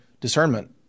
discernment